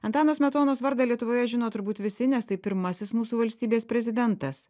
antano smetonos vardą lietuvoje žino turbūt visi nes tai pirmasis mūsų valstybės prezidentas